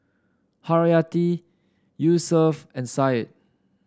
Haryati Yusuf and Syed